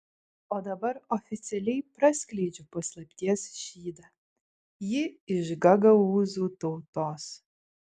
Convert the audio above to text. o dabar oficialiai praskleidžiu paslapties šydą ji iš gagaūzų tautos